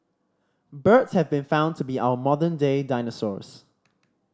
birds have been found to be our modern day dinosaurs